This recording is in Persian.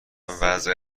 وضع